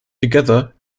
together